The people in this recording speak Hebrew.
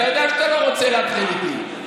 אתה יודע שאתה לא רוצה להתחיל איתי.